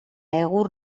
egur